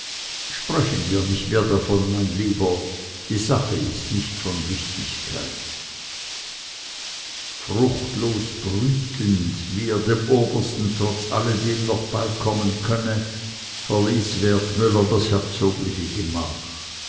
sprechen wir nicht mehr davon mein lieber die sache ist nicht von wichtigkeit fruchtlos brütend wie er dem obersten trotz alledem noch beikommen könne verließ wertmüller das herzogliche gemach